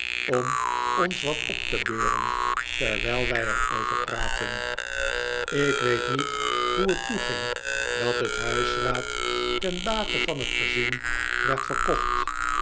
om ons wat op te beuren terwijl wij er over praatten ik weet niet hoe het toeging dat het huisraad ten bate van het gezin werd verkocht